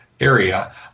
area